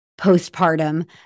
postpartum